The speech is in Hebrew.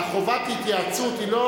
חובת התייעצות היא לא